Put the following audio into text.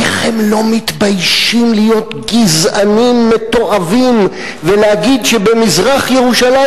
איך הם לא מתביישים להיות גזענים מתועבים ולהגיד שבמזרח-ירושלים